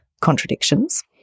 contradictions